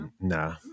Nah